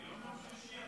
היום יום שלישי,